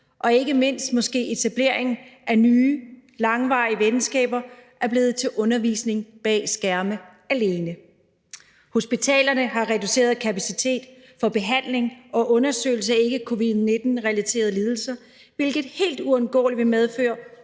og ikke mindst måske etablering af nye langvarige venskaber er blevet til undervisning bag skærme alene. Hospitalerne har reduceret kapacitet for behandling og undersøgelse af ikke-covid-19-relaterede lidelser, hvilket helt uundgåeligt vil medføre